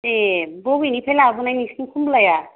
ए बबेनिथो लाबोनाय नोंसोरनि कमलाया